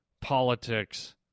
politics